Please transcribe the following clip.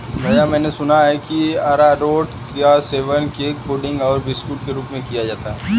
भैया मैंने सुना है कि अरारोट का सेवन केक पुडिंग और बिस्कुट के रूप में किया जाता है